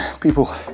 people